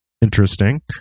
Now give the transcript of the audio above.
Interesting